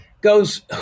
goes